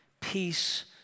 Peace